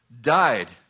died